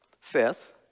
fifth